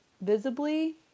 visibly